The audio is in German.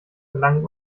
verlangen